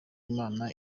imana